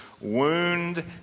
wound